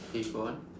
K go on